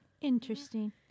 Interesting